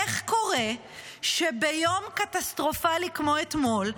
איך קורה שביום קטסטרופלי כמו אתמול,